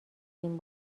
این